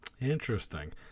Interesting